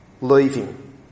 leaving